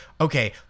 okay